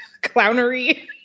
clownery